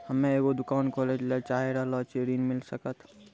हम्मे एगो दुकान खोले ला चाही रहल छी ऋण मिल सकत?